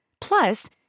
Plus